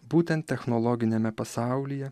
būtent technologiniame pasaulyje